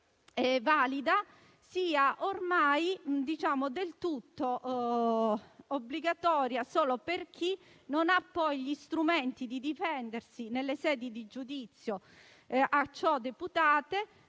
valida è ormai obbligatorio solo per chi non ha poi gli strumenti per difendersi nelle sedi di giudizio a ciò deputate,